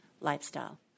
lifestyle